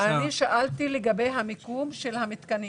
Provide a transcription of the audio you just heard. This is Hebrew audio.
שאלתי לגבי המיקום של המתקנים.